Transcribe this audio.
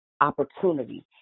opportunity